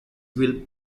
will